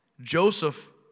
Joseph